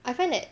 I find that